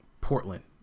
Portland